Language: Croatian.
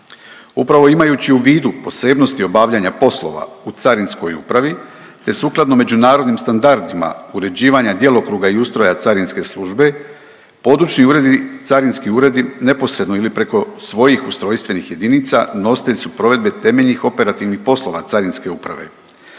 Upravo imajući u vidu posebnosti obavljanja poslova u Carinskoj upravi te sukladno međunarodnim standardima uređivanja djelokruga i ustroja carinske službe, područni uredi, carinski uredi neposredno ili preko svojih ustrojstvenih jedinica nositelji su provedbe temeljnih operativnih poslova Carinske uprave.